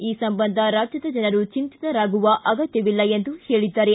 ಈ ಸಂಬಂಧ ರಾಜ್ಯದ ಜನರು ಚಿಂತಿತರಾಗುವ ಅಗತ್ಯವಿಲ್ಲ ಎಂದು ಹೇಳಿದ್ದಾರೆ